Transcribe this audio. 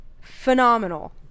Phenomenal